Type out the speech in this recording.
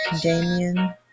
Damien